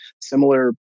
similar